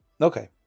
Okay